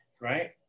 right